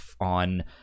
on